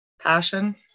passion